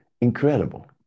incredible